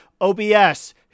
OBS